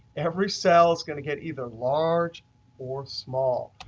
every cell is going to get either large or small.